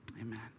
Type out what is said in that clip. Amen